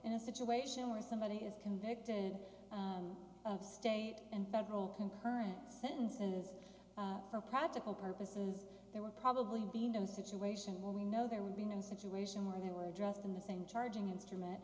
in a situation where somebody is convicted of state and federal concurrent sentences for practical purposes there would probably be no situation where we know there would be and situation where they were dressed in the same charging instrument